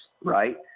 Right